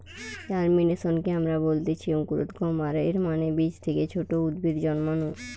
জার্মিনেশনকে আমরা বলতেছি অঙ্কুরোদ্গম, আর এর মানে বীজ থেকে ছোট উদ্ভিদ জন্মানো